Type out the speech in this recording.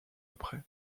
après